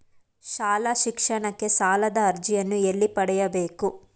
ಶಾಲಾ ಶಿಕ್ಷಣಕ್ಕೆ ಸಾಲದ ಅರ್ಜಿಯನ್ನು ಎಲ್ಲಿ ಪಡೆಯಬಹುದು?